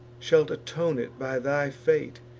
shalt atone it by thy fate,